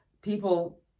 People